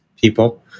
people